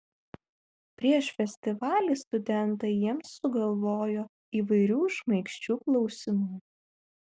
prieš festivalį studentai jiems sugalvojo įvairių šmaikščių klausimų